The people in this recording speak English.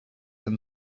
them